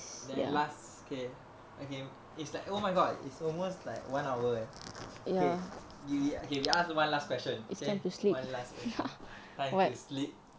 then last okay okay it's like oh my god it's almost like one hour eh K maybe okay we ask one last question K one last question time to sleep